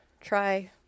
try